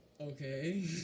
Okay